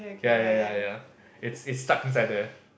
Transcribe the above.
ya ya ya ya ya it's it's stuck inside there